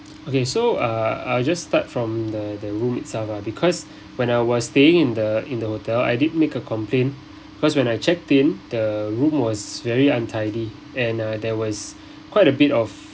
okay so uh I'll just start from the the room itself lah because when I was staying in the in the hotel I did make a complaint cause when I checked in the room was very untidy and uh there was quite a bit of